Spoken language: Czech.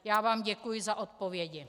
Já vám děkuji za odpovědi.